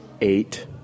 eight